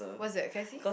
what's that can I see